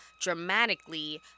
dramatically